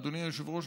אדוני היושב-ראש,